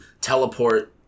teleport